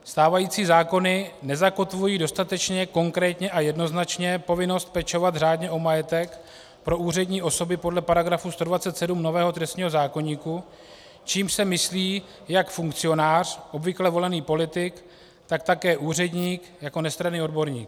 Stávající zákony nezakotvují dostatečně konkrétně a jednoznačně povinnost pečovat řádně o majetek pro úřední osoby podle § 127 nového trestního zákoníku, čímž se myslí jak funkcionář, obvykle volený politik, tak také úředník jako nestranný odborník.